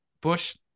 bush